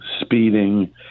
speeding